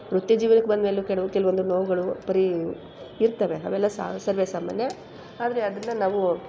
ವೃತ್ತಿ ಜೀವನಕ್ಕೆ ಬಂದಮೇಲು ಕೆಲವು ಕೆಲವೊಂದು ನೋವುಗಳು ಪರಿ ಇರ್ತವೆ ಅವೆಲ್ಲ ಸರ್ವೇ ಸಾಮಾನ್ಯ ಆದರೆ ಅದನ್ನು ನಾವು